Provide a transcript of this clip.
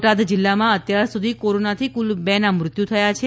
બોટાદ જીલ્લામાં અત્યાર સુધી કોરોનાથી કુલ બે ના મૃત્યુ થયા છે